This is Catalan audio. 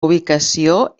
ubicació